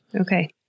Okay